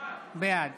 בעד